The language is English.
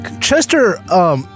Chester